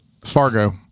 fargo